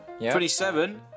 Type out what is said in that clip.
27